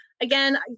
again